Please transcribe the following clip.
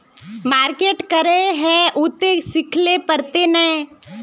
Market करे है उ ते सिखले पड़ते नय?